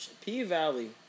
P-Valley